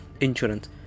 Insurance